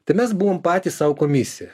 tai mes buvom patys sau komisija